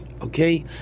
Okay